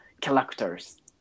characters